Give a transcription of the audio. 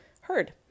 heard